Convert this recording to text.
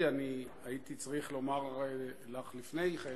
הייתי צריך לומר לך לפני כן,